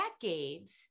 decades